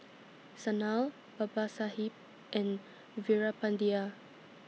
Sanal Babasaheb and Veerapandiya